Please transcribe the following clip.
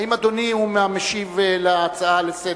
האם אדוני הוא המשיב על ההצעה לסדר-היום?